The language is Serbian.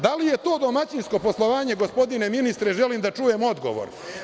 Da li je to domaćinsko poslovanje, gospodine ministre, želim da čujem odgovor?